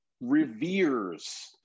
reveres